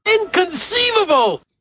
Inconceivable